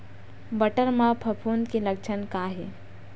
बटर म फफूंद के लक्षण का हे?